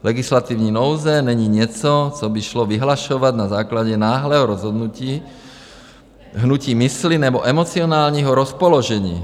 Legislativní nouze není něco, co by šlo vyhlašovat na základě náhlého rozhodnutí, hnutí mysli nebo emocionálního rozpoložení.